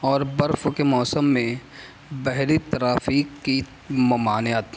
اور برف کے موسم میں بحری کی ممانعت